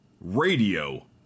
radio